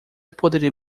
poderia